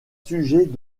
sujets